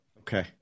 Okay